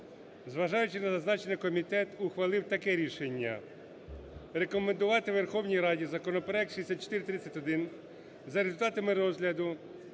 зазначене, зазначений комітет ухвалив таке рішення: рекомендувати Верховній Раді законопроект 6431 за результатами розгляду